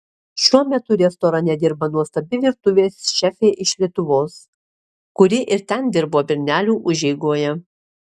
šiuo metu restorane dirba nuostabi virtuvės šefė iš lietuvos kuri ir ten dirbo bernelių užeigoje